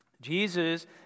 Jesus